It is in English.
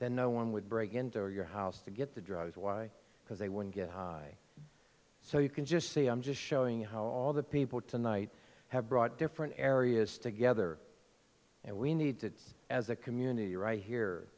that no one would break into your house to get the drugs why because they wouldn't get so you can just say i'm just showing you how all the people tonight have brought different areas together and we need that as a community right here